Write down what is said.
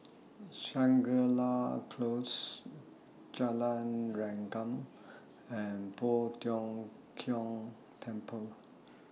Shangri La Close Jalan Rengkam and Poh Tiong Kiong Temple